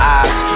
eyes